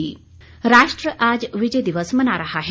विजय दिवस राष्ट्र आज विजय दिवस मना रहा है